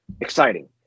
exciting